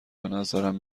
بنظرم